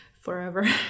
forever